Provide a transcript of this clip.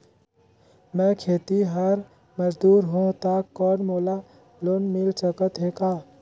मैं खेतिहर मजदूर हों ता कौन मोला लोन मिल सकत हे का?